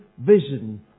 vision